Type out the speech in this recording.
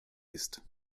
ist